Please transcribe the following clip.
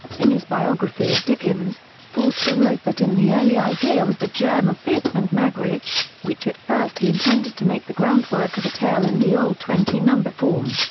in his biography of dickens, forster wrote that in the early idea was the germ of pip and magwitch, which at first he intended to make the groundwork of a tale in the old twenty-number form.